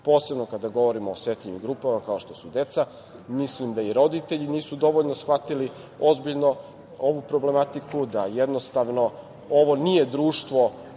posebno kada govorimo o osetljivim grupama kao što su deca. Mislim da i roditelji nisu dovoljno shvatili ozbiljno ovu problematiku, da jednostavno ovo nije društvo